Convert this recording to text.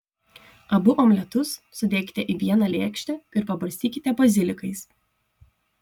abu omletus sudėkite į vieną lėkštę ir pabarstykite bazilikais